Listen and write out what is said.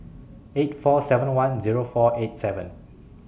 eight four seven one Zero four eight seven